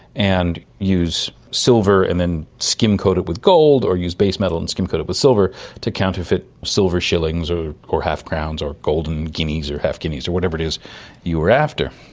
and use silver and then skim-coat it with gold or use base metal and skim-coat it with silver to counterfeit silver shillings or or half crowns or golden guineas or half guineas or whatever it is you were after.